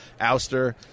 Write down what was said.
Ouster